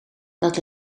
dat